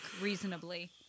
reasonably